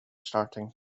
starting